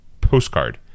postcard